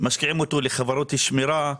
משקיעים אותו לחברות שמירה,